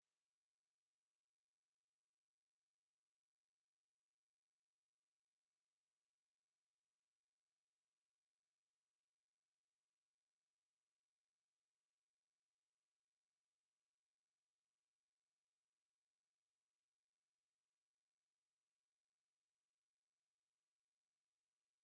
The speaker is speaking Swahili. NO AUDIO, NO SOUND